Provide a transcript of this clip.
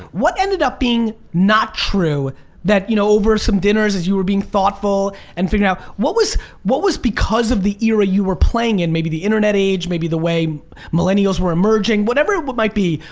what ended up being not true that you know over some dinners as you were being thoughtful and figuring out, what was what was because of the era you were playing in, maybe the internet age, maybe the way millennials were emerging, whatever what might be.